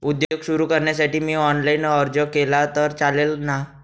उद्योग सुरु करण्यासाठी मी ऑनलाईन अर्ज केला तर चालेल ना?